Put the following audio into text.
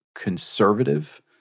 conservative